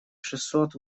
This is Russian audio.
шестьсот